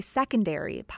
secondary